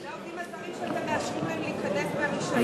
אלה העובדים הזרים שאתם מאשרים להם להיכנס ברשיון.